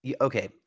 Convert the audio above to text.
okay